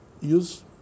use